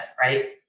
right